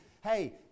hey